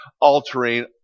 all-terrain